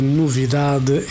novidade